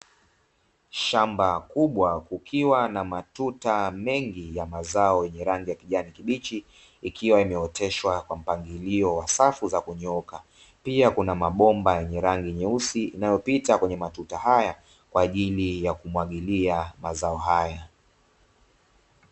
Shamba kubwa kukiwa na matuta mengi ya mazao yenye rangi ya kijani kibichi, ikiwa imeoteshwa kwa mpangilio wa safu za kunyooka. Pia kuna mabomba yenye rangi nyeusi inayopita kwenye matuta haya kwa ajili ya kumwagilia mazao haya.